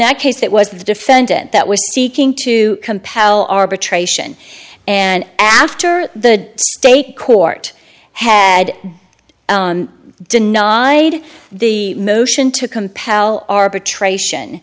that case it was the defendant that was seeking to compel arbitration and after the state court had denied the motion to compel arbitration